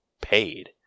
paid